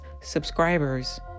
subscribers